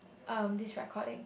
um this recording